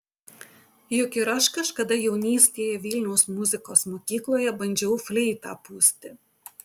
juk ir aš kažkada jaunystėje vilniaus muzikos mokykloje bandžiau fleitą pūsti